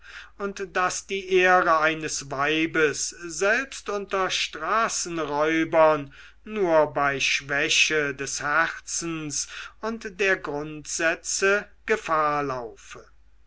und daß die ehre eines weibes selbst unter straßenräubern nur bei schwäche des herzens und der grundsätze gefahr laufe